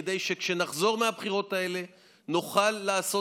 כדי שכשנחזור מהבחירות האלה נוכל לעשות